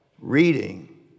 reading